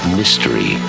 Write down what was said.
mystery